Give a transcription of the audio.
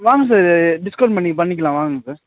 வாங்க sir discount பண்ணி பண்ணிக்கலாம் வாங்க சார்